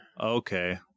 Okay